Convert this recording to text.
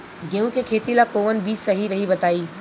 गेहूं के खेती ला कोवन बीज सही रही बताई?